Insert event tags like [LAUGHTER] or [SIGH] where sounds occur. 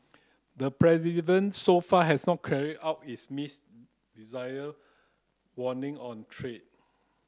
the [UNINTELLIGIBLE] so far has not carried out his miss desire warning on trade